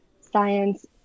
science